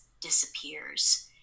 disappears